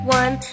one